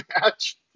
match